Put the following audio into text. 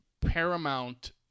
Paramount